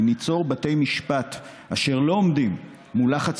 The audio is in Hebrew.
אם ניצור בתי משפט אשר לא עומדים מול לחץ